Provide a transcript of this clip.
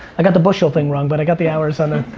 i got the bushel thing wrong, but i got the hours on the,